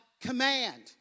command